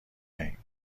دهیم